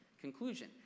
Conclusion